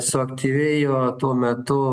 suaktyvėjo tuo metu